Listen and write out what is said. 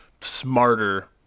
smarter